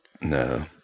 No